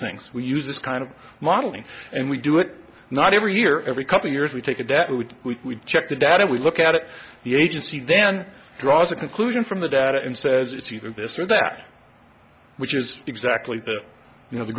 things we use this kind of modeling and we do it not every year every couple years we take a debt with we check the data we look at it the agency then draws a conclusion from the data and says it's either this or that which is exactly that you know the